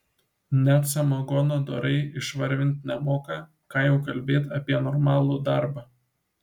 net samagono dorai išsivarvint nemoka ką jau kalbėti apie normalų darbą